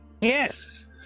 Yes